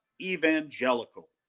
evangelical